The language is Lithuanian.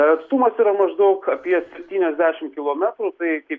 atstumas yra maždaug apie septyniasdešimt kilometrų tai kaip